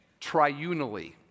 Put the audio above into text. triunally